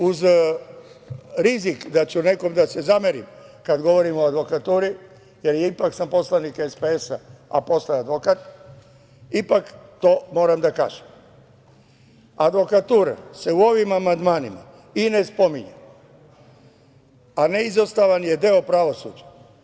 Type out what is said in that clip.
Uz rizik da ću nekome da se zamerim kada govorimo o advokaturi jer sam ipak poslanik SPS, a posle advokat, ipak to moram da kažem – advokatura se u ovim amandmanima i ne spominje, a neizostavan je deo pravosuđa.